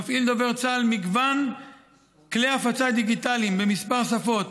מפעיל דובר צה"ל מגוון כלי הפצה דיגיטליים במספר שפות,